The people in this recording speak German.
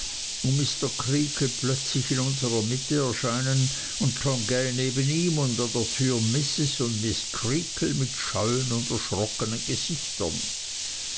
mr creakle plötzlich in unserer mitte erscheinen und tongay neben ihm und an der tür mrs und miß creakle mit scheuen und erschrocknen gesichtern